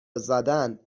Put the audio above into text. زدن